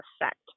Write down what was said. effect